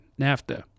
NAFTA